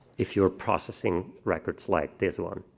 if you're processing records like this one,